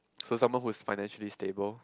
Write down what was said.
so someone who is financially stable